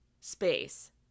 space